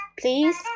Please